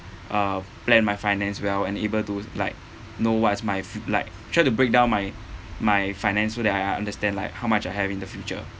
uh plan my finance well and able to like know what is my like try to break down my my finance so that I I understand like how much I have in the future